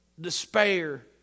despair